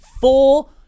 four